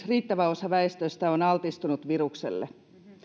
riittävä osa väestöstä on altistunut virukselle